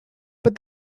but